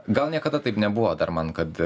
gal niekada taip nebuvo dar man kad